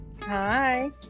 hi